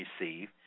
receive